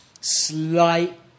slight